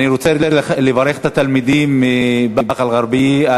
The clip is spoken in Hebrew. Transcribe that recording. אני רוצה לברך את התלמידים מבאקה-אלע'רביה.